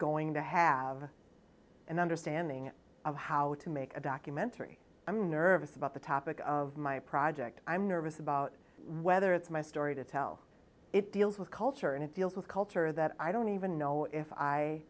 going to have an understanding of how to make a documentary i'm nervous about the topic of my project i'm nervous about whether it's my story to tell it deals with culture and it deals with a culture that i don't even know if i